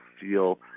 feel